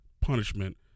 punishment